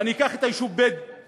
ואני אקח את היישוב דאלית-אלכרמל.